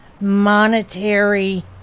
monetary